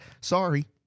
Sorry